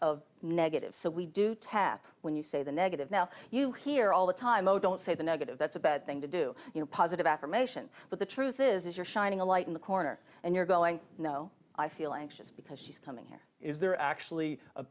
of negative so we do tap when you say the negative now you hear all the time oh don't say the negative that's a bad thing to do you know positive affirmation but the truth is you're shining a light in the corner and you're going no i feel anxious because she's coming here is there actually